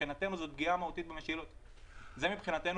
מבחינתנו